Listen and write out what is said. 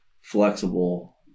flexible